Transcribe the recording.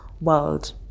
world